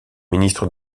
ministre